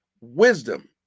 wisdom